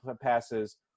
passes